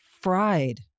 fried